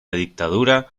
dictadura